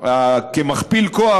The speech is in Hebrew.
כמכפיל כוח,